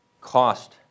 cost